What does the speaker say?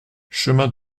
chemin